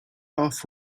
off